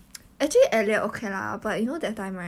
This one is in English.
so 我跟他合作 what then like